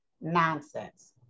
Nonsense